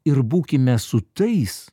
ir būkime su tais